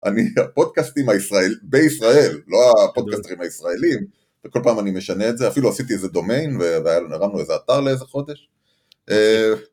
אני, הפודקאסטים הישראל- בישראל, לא הפודקאסטרים הישראלים וכל פעם אני משנה את זה, אפילו עשיתי איזה דומיין והיה לנו, הרמנו איזה אתר לאיזה חודש